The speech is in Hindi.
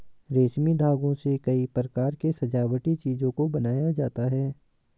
रेशमी धागों से कई प्रकार के सजावटी चीजों को बनाया जाता है